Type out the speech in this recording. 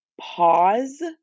pause